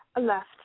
Left